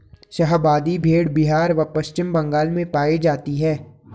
शाहाबादी भेड़ बिहार व पश्चिम बंगाल में पाई जाती हैं